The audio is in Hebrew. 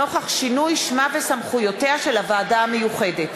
נוכח שינוי שמה וסמכויותיה של הוועדה המיוחדת.